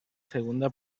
segunda